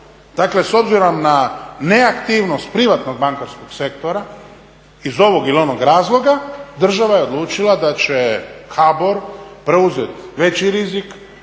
Dakle, s obzirom na neaktivnost privatnog bankarskog sektora iz ovog ili onog razloga država je odlučila da će HBOR preuzeti veći rizik,